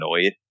annoyed